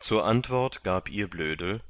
zur antwort gab ihr blödel